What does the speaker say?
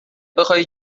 بخوای